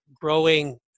growing